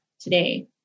today